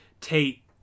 Tate